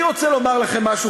אני רוצה לומר לכם משהו,